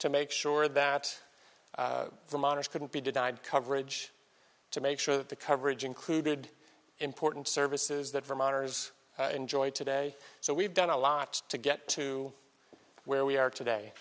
to make sure that the monitor couldn't be denied coverage to make sure that the coverage included important services that vermonters enjoyed today so we've done a lot to get to where we are today